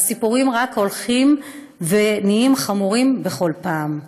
והסיפורים רק הולכים ונעשים חמורים בכל פעם.